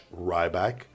ryback